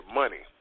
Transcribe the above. money